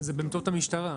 זה במטות המשטרה.